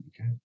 Okay